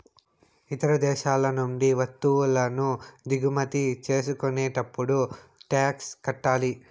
ఇతర దేశాల నుండి వత్తువులను దిగుమతి చేసుకునేటప్పుడు టాక్స్ కట్టాలి